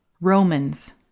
Romans